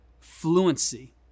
fluency